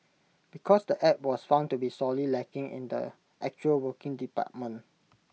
because the app was found to be sorely lacking in the actually working department